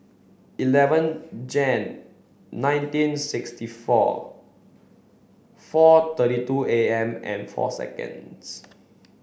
eleven Jan nineteen sixty four four thirty two A M and four seconds